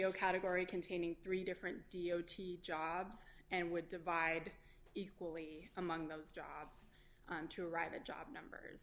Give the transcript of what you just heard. o category containing three different d o t jobs and would divide equally among those jobs to write a job numbers